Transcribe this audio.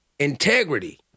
Integrity